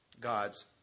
God's